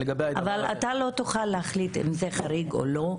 אבל אתה לא תוכל להחליט אם זה חריג או לא,